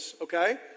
okay